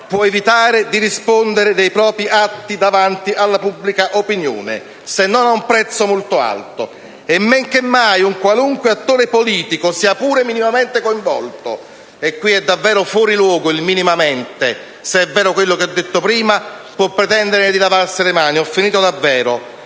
può evitare di rispondere dei propri atti davanti alla pubblica opinione, se non a un prezzo molto alto; e men che mai un qualunque attore politico sia pur minimamente coinvolto - in questo caso è davvero fuori luogo il «minimamente», se è vero quello che ho detto prima - può pretendere di lavarsene le mani. Vorrei ricordare